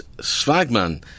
swagman